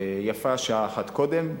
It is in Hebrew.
ויפה שעה אחת קודם,